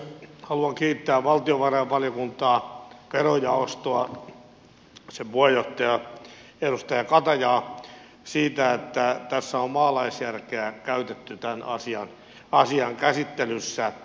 haluan kiittää valtiovarainvaliokuntaa verojaostoa sen puheenjohtajaa edustaja katajaa siitä että tässä on maalaisjärkeä käytetty tämän asian käsittelyssä